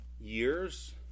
years